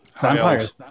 Vampires